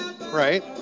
right